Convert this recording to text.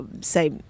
say